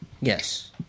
yes